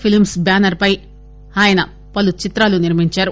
films banner పై ఆయన పలు చిత్రాలు నిర్మిందారు